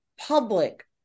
public